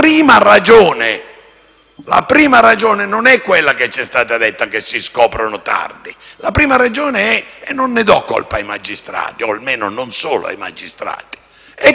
la prima ragione non è quella che ci è stata detta e cioè che si scoprono tardi, la prima ragione - e non ne do colpa ai magistrati o, almeno, non solo ai magistrati - è che i processi sono lenti,